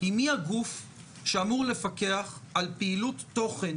היא מי הגוף שאמור לפקח על פעילות תוכן